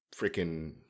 freaking